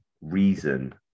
reason